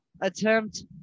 attempt